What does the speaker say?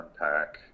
unpack